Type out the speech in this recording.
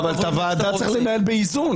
צריך שיהיה איזון.